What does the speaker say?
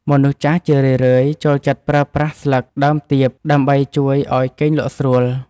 មនុស្សចាស់ជារឿយៗចូលចិត្តប្រើប្រាស់ស្លឹកដើមទៀបដើម្បីជួយឱ្យគេងលក់ស្រួល។